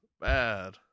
bad